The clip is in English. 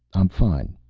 i'm fine.